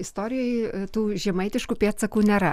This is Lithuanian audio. istorijoj tų žemaitiškų pėdsakų nėra